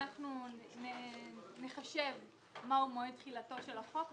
אנחנו נחשב מה הוא מועד תחילתו של החוק,